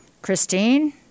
Christine